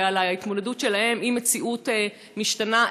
ועל ההתמודדות שלהם עם מציאות משתנה.